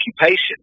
occupation